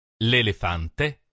L'elefante